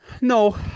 No